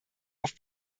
auf